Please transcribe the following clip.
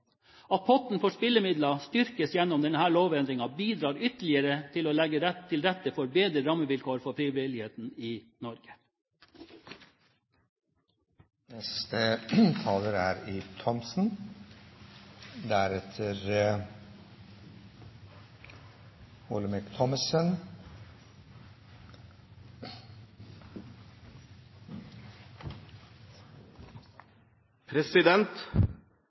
potten for spillemidler styrkes gjennom denne lovendringen, bidrar ytterligere til å legge til rette for bedre rammevilkår for frivilligheten i Norge. Riksrevisjonens argumenter mot den foreslåtte endringen er